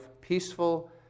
peaceful